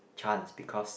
chance because